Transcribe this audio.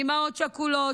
אימהות שכולות,